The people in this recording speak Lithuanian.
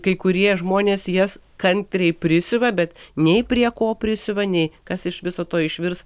kai kurie žmonės jas kantriai prisiuva bet nei prie ko prisiuva nei kas iš viso to išvirs